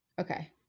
Okay